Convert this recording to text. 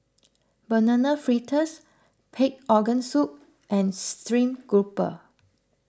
Banana Fritters Pig Organ Soup and Stream Grouper